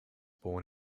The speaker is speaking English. born